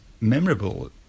memorable